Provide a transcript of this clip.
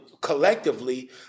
collectively